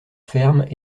fermes